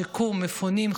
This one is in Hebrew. שיקום מפונים,